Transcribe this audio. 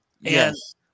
Yes